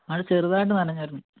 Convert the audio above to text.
ആ ചെറുതായിട്ട് നനഞ്ഞായിരുന്നു